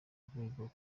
volleyball